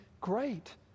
great